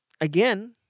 again